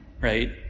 right